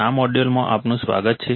આ મોડ્યુલમાં આપનું સ્વાગત છે